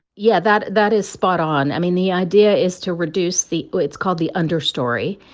yeah, that that is spot on. i mean, the idea is to reduce the it's called the understory.